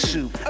Soup